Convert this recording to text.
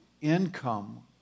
income